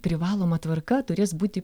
privaloma tvarka turės būti